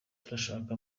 turashaka